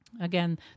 Again